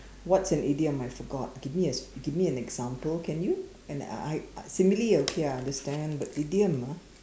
what's an idiom I forgot give me a give me an example can you and I I simile okay I understand but idiom ah